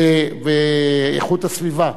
באיכות הסביבה.